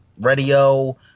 radio